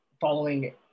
following